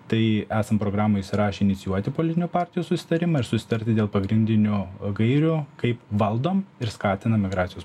tai esam programoj įsirašę inicijuoti politinių partijų susitarimą ir susitarti dėl pagrindinių gairių kaip valdom ir skatinam migracijos